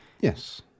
Yes